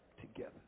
together